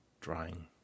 drying